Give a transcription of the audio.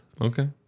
Okay